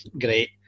great